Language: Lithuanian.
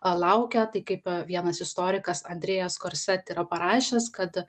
laukia tai kaip vienas istorikas andrejas korset yra parašęs kad